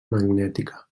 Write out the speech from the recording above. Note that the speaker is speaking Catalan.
magnètica